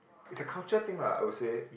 is a culture thing lah I would say